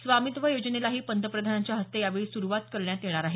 स्वामित्व योजनेलाही पंतप्रधानांच्या हस्ते यावेळी सुरुवात करण्यात येणार आहे